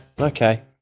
okay